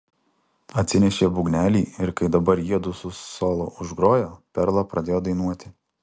atsinešė būgnelį ir kai dabar jiedu su solo užgrojo perla pradėjo dainuoti